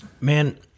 Man